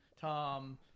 Tom